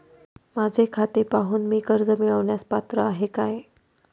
माझे खाते पाहून मी कर्ज मिळवण्यास पात्र आहे काय?